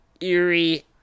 eerie